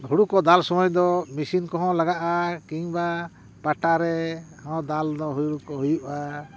ᱦᱩᱲᱩ ᱠᱚ ᱫᱟᱞ ᱥᱚᱢᱚᱭ ᱫᱚ ᱢᱮᱥᱤᱱ ᱠᱚᱦᱚᱸ ᱞᱟᱜᱟᱜᱼᱟ ᱠᱤᱱᱵᱟ ᱯᱟᱴᱟ ᱨᱮᱦᱚᱸ ᱱᱚᱶᱟ ᱫᱟᱞ ᱫᱚ ᱦᱩᱲᱩ ᱠᱚ ᱦᱩᱭᱩᱜᱼᱟ